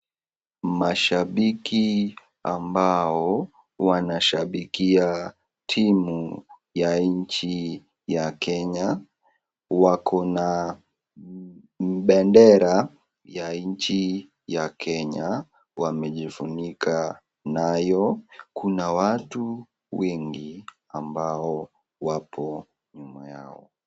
Mashabiki ambao wanashabikia timu ya nchi ya Kenya. Wako na bendera ya nchi ya Kenya wamejifunika nayo. Kuna watu wengi ambao wapo nyuma yao.